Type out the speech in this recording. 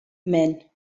men